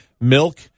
milk